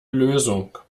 lösung